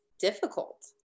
difficult